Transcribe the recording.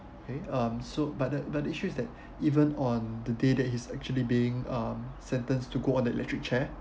um so but the but the issues is that even on the day that he is actually being um sentenced to go on the electric chair